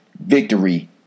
victory